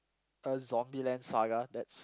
uh Zombieland-Saga that's